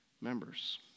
members